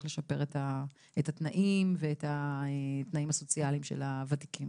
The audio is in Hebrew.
לשפר את התנאים ואת התנאים הסוציאליים של הוותיקים.